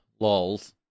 lols